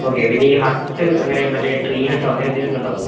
okay പിന്നെ ഈ hut അങ്ങനെ മറ്റേ ട്രീ ഹട്ടോ അങ്ങനെ എന്തെങ്കിലുമൊക്കെ ഉണ്ടാവുമോ